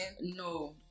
No